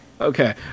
Okay